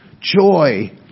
Joy